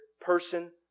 person